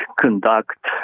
conduct